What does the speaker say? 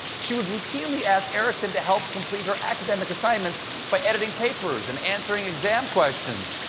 she would routinely ask erickson to help complete her academic assignments, by editing papers and answering exam questions.